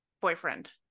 boyfriend